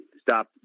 stop